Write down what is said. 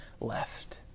left